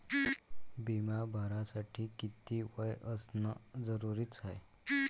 बिमा भरासाठी किती वय असनं जरुरीच हाय?